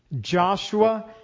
Joshua